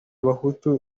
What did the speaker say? bahutu